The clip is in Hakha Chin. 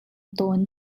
tawn